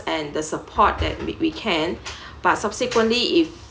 and the support that we can but subsequently if